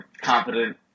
confident